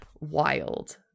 wild